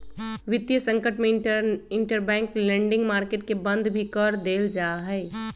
वितीय संकट में इंटरबैंक लेंडिंग मार्केट के बंद भी कर देयल जा हई